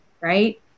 right